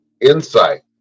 insight